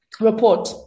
report